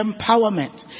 empowerment